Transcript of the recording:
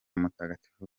mutagatifu